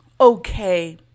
okay